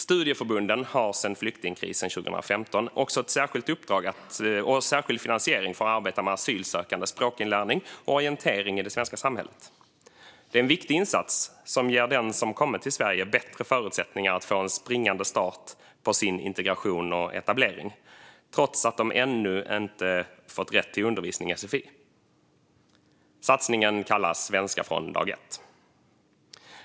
Studieförbunden har sedan flyktingkrisen 2015 också ett särskilt uppdrag och en särskild finansiering för att arbeta med asylsökandes språkinlärning och orientering i det svenska samhället. Det är en viktig insats som ger den som kommit till Sverige bättre förutsättningar att få en springande start på sin integration och etablering trots att de ännu inte fått rätt till undervisning i sfi. Satsningen kallas Svenska från dag ett.